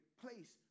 place